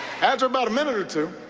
after about a minute or two.